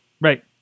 Right